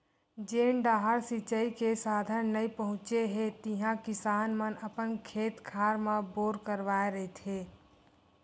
जेन डाहर सिचई के साधन नइ पहुचे हे तिहा किसान मन अपन खेत खार म बोर करवाए रहिथे